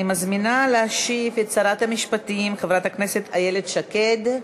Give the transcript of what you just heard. אני מזמינה את שרת המשפטים חברת הכנסת איילת שקד להשיב.